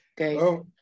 Okay